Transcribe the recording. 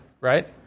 right